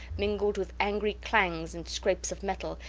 mingled with angry clangs and scrapes of metal,